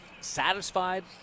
satisfied